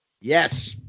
Yes